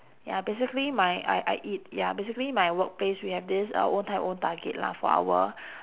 ya basically my I I eat ya basically my workplace we have this uh own time own target lah for our